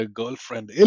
girlfriend